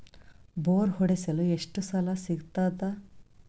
Bore ಹೊಡೆಸಲು ಎಷ್ಟು ಸಾಲ ಸಿಗತದ?